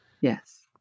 yes